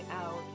out